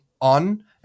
on